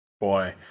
Boy